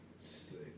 Sick